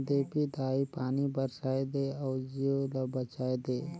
देपी दाई पानी बरसाए दे अउ जीव ल बचाए दे